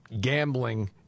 gambling